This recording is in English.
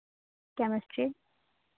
chemistry